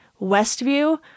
Westview